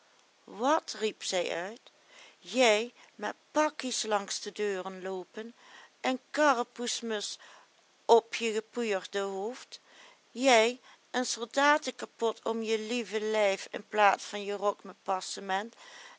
wat riep zij uit jij met pakkies langs de deuren loopen een karrepoesmus op je gepoeierde hoofd jij een soldatekapot om je lieve lijf in plaats van je rok met passement